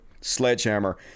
Sledgehammer